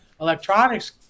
electronics